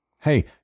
Hey